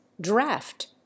draft